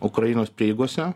ukrainos prieigose